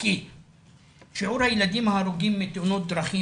כי שיעור הילדים ההרוגים בתאונות דרכים